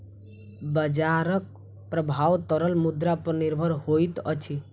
बजारक प्रभाव तरल मुद्रा पर निर्भर होइत अछि